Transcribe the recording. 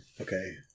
Okay